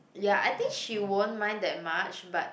ya I think she won't mind that much but